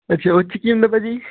ਚ ਕੀ ਹੁੰਦਾ ਭਾਅ ਜੀ